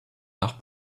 nach